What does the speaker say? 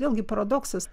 vėlgi paradoksas